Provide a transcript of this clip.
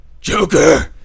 Joker